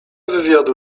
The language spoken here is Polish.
wywiadu